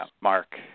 Mark